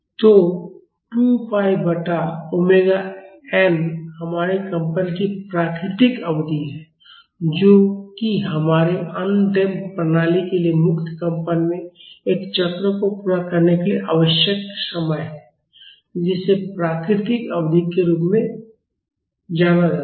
तो 2 पाई बटा omega n हमारे कंपन की प्राकृतिक अवधि है जो कि हमारे अनडैम्पड प्रणाली के लिए मुक्त कंपन में एक चक्र को पूरा करने के लिए आवश्यक समय है जिसे प्राकृतिक अवधि के रूप में जाना जाता है